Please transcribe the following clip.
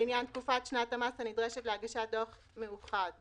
לעניין תקופת שנת המס הנדרשת להגשת דוח במאוחד,".